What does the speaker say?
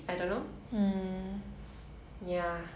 do you have any books that you would